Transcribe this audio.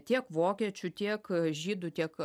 tiek vokiečių tiek žydų tiek